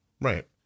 Right